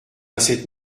cette